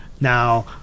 Now